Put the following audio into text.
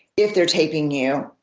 if they're taping you,